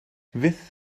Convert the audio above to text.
fyth